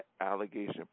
allegation